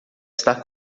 estar